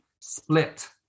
split